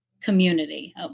community